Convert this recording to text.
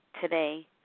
today